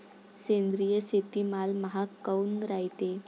सेंद्रिय शेतीमाल महाग काऊन रायते?